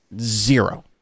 Zero